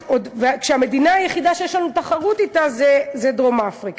והמדינה היחידה שיש לנו תחרות אתה זה דרום-אפריקה?